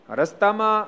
Rastama